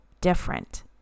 different